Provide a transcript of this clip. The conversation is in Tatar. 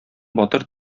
батыр